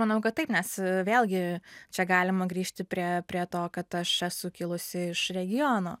manau kad taip nes vėlgi čia galima grįžti prie prie to kad aš esu kilusi iš regiono